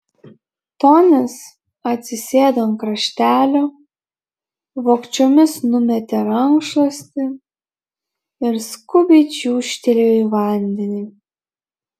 tonis atsisėdo ant kraštelio vogčiomis numetė rankšluostį ir skubiai čiūžtelėjo į vandenį